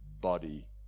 body